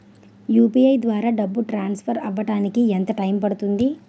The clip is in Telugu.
యు.పి.ఐ ద్వారా డబ్బు ట్రాన్సఫర్ అవ్వడానికి ఎంత టైం పడుతుంది?